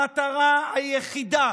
המטרה היחידה